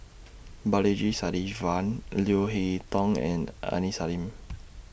Balaji Sadasivan Leo Hee Tong and Aini Salim